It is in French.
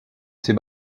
ses